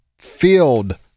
field